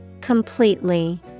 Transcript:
Completely